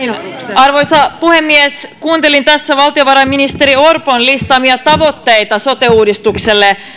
arvoisa puhemies kuuntelin tässä valtiovarainministeri orpon listaamia tavoitteita sote uudistukselle